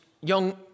young